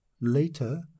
Later